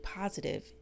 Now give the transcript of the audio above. positive